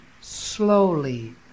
slowly